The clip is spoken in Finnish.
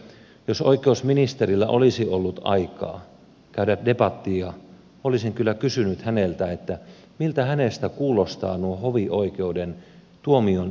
jos oikeusministerillä olisi ollut aikaa käydä debattia olisin kyllä kysynyt häneltä miltä hänestä kuulostavat nuo hovioi keuden tuomionlieventämisperusteet